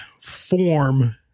form